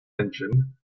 engine